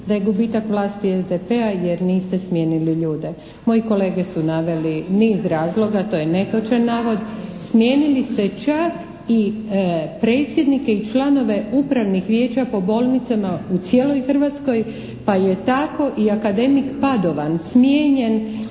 da je gubitak vlasti SDP-a jer niste smijenili ljude. Moji kolege su naveli niz razloga, to je netočan navod. Smijenili ste čak i predsjednike i članove upravnih vijeća po bolnicama u cijeloj Hrvatskoj pa je tako i akademik Padovan smijenjen